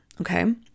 okay